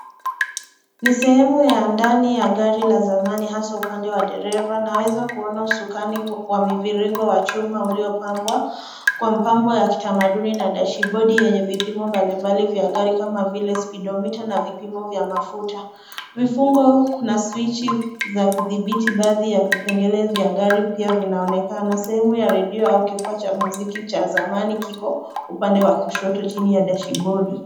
Ni sehemu ya ndani ya gari la zamani hasa upande wa dereva. Naweza kuona usukani wa miviringo wa chuma uliopambwa kwa mapambo ya kitamaduni na dashibodi yenye vipimo mbalimbali vya gari kama vile spidomita na vipimo vya mafuta. Vifungo na swichi za kudhibiti baadhi ya vipengele vya gari pia vinaonekana. Sehemu ya redio au kifaa cha musiki cha zamani kiko upande wa kushoto chini ya dashibodi.